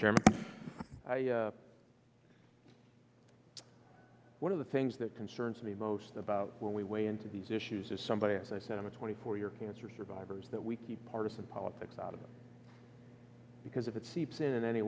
chairman one of the things that concerns me most about when we weigh into these issues is somebody as i said i'm a twenty four year cancer survivors that we keep partisan politics out of it because if it seeps in in any